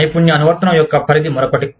నైపుణ్య అనువర్తనం యొక్క పరిధి మరొకటి